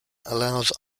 allows